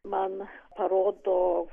man parodo